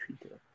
Twitter